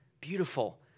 beautiful